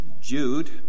Jude